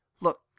look